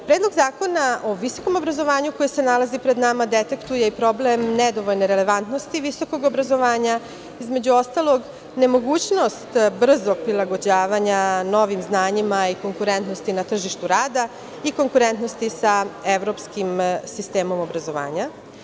Predlog zakona o visokom obrazovanju, koje se nalazi pred nama, detektuje i problem nedovoljne relevantnosti visokog obrazovanja, između ostalog nemogućnost brzog prilagođavanja novim znanjima i konkurentnosti na tržištu rada i konkurentnosti sa evropskim sistemom obrazovanja.